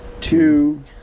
two